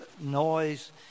noise